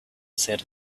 said